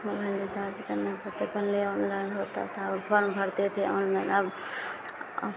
mobile recharge करना पड़ता पहले ऑनलाइन होता था और फॉर्म भरते थे ऑनलाइन अब अब